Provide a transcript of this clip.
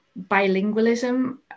bilingualism